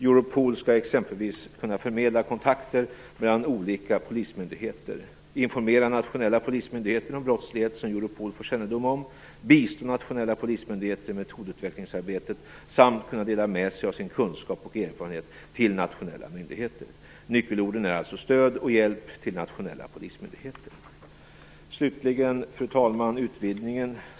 Europol skall exempelvis kunna förmedla kontakter mellan olika polismyndigheter, informera nationella polismyndigheter om brottslighet som Europol fått kännedom om, bistå nationella polismyndigheter i metodutvecklingsarbetet samt kunna dela med sig av sin kunskap och sina erfarenheter till nationella myndigheter. Nyckelorden är alltså stöd och hjälp till nationella polismyndigheter. Fru talman! Slutligen till frågan om utvidgningen.